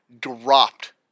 dropped